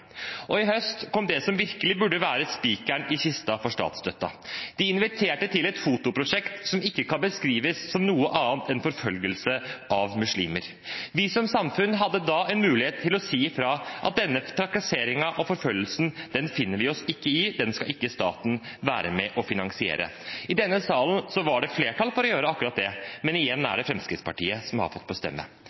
Og i høst kom det som virkelig burde være spikeren i kista for statsstøtten. De inviterte til et fotoprosjekt som ikke kan beskrives som noe annet enn forfølgelse av muslimer. Vi som samfunn hadde da en mulighet til å si fra om at denne trakasseringen og forfølgelsen finner vi oss ikke i, den skal ikke staten være med på å finansiere. I denne salen var det flertall for å gjøre akkurat det, men igjen er det Fremskrittspartiet som har fått bestemme.